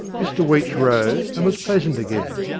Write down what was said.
mr weech rose, and was pleasant again,